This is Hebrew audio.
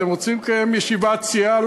אתם רוצים לקיים ישיבת סיעה?